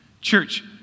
Church